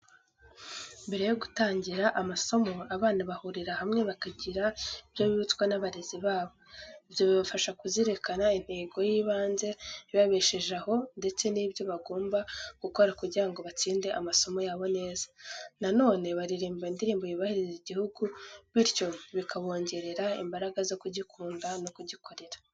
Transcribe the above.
Mbere yo gutangira amasomo, abana bahurira hamwe bakagira ibyo bibutswa n'abarezi babo. Ibyo bibafasha kuzirikana intego y'ibanze ibabesheje aho ndetse n'ibyo bagomba gukora kugira ngo batsinde amasomo yabo neza. Na none baririmba indirimbo y'ubahiriza igihugu, bityo bikabongerera imbaraga zo kugikunda no kugikorera.